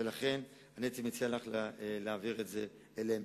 ולכן הייתי מציע לך להעביר את זה אליהם.